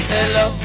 Hello